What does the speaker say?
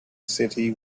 city